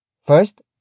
First